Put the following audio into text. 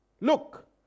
Look